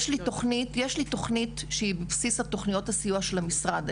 יש לי תוכנית שהיא בבסיס תוכניות הסיוע של המשרד.